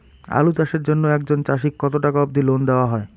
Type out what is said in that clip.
আলু চাষের জন্য একজন চাষীক কতো টাকা অব্দি লোন দেওয়া হয়?